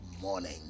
morning